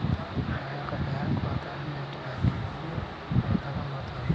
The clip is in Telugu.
నా యొక్క బ్యాంకు ఖాతాని నెట్ బ్యాంకింగ్ ఖాతాగా మార్చగలరా?